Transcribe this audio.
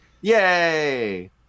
yay